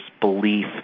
belief